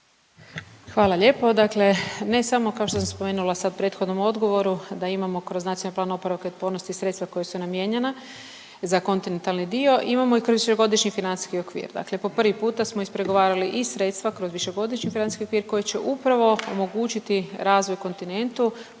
Hvala lijepo. Dakle ne samo, kao što sam spomenula sad u prethodnom odgovoru da imamo kroz Nacionalni plan oporavka i otpornosti sredstva koja su namijenjena za kontinentalni dio, imamo i kroz Višegodišnji financijski okvir. Dakle po prvi puta smo ispregovarali i sredstva kroz Višegodišnji financijski okvir koji će upravo omogućiti razvoj kontinentu,